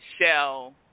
Shell